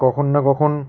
কখন না কখন